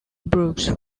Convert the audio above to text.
brooks